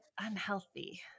unhealthy